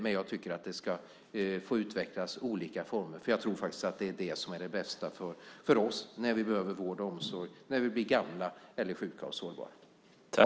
Men jag tycker att olika former ska få utvecklas, för jag tror att det är det som är det bästa för oss när vi behöver vård och omsorg, när vi blir gamla eller sjuka och sårbara.